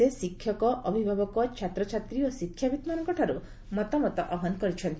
ସେ ଶିକ୍ଷକ ଅଭିଭାବକ ଛାତ୍ରଛାତ୍ରୀ ଓ ଶିକ୍ଷାବିତ୍ମାନଙ୍କଠାରୁ ମତାମତ ଆହ୍ଠାନ କରିଛନ୍ତି